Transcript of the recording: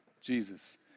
Jesus